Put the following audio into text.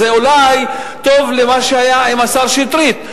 זה אולי טוב למה שהיה עם השר שטרית,